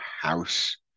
house